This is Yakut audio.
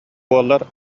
буоллар